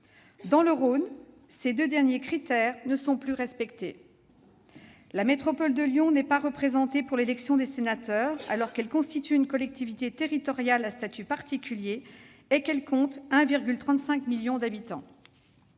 dans le Rhône, ces deux derniers critères ne sont plus respectés : la métropole de Lyon n'est pas représentée pour l'élection des sénateurs, alors qu'elle constitue une collectivité territoriale à statut particulier et compte 1,35 million d'habitants.